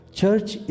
church